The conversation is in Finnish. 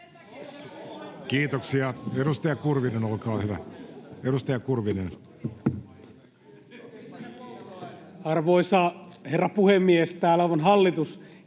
Kiitoksia. — Edustaja Nikkanen, olkaa hyvä. Arvoisa herra puhemies! Tässä tänään